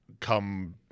come